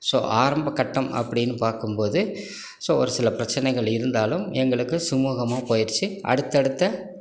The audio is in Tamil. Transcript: ஸோ ஆரம்ப கட்டம் அப்படின்னு பார்க்கும்போது ஸோ ஒரு சில பிரச்சினைகள் இருந்தாலும் எங்களுக்கு சுமுகமாக போயிடுச்சு அடுத்தடுத்த